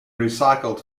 recycled